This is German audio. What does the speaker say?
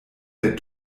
der